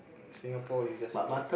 Singapore you just relax